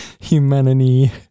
humanity